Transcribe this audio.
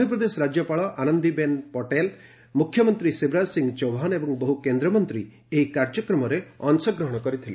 ମଧ୍ୟପ୍ରଦେଶ ରାଜ୍ୟପାଳ ଆନନ୍ଦିବେନ୍ ପଟେଲ ମୁଖ୍ୟମନ୍ତ୍ରୀ ଶିବରାଜ ସିଂ ଚୌହାନ ଏବଂ ବହୁ କେନ୍ଦ୍ରମନ୍ତ୍ରୀ ଏହି କାର୍ଯ୍ୟକ୍ରମରେ ଭାଗ ନେଇଥିଲେ